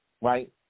right